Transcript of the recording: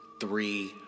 three